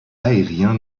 aérien